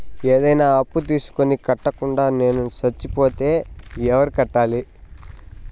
ఏదైనా అప్పు తీసుకొని కట్టకుండా నేను సచ్చిపోతే ఎవరు కట్టాలి?